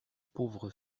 pauvre